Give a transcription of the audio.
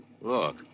Look